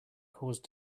cause